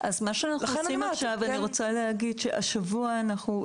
לכן אני אומרת --- קודם כל,